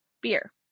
beer